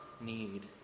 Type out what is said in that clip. need